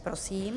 Prosím.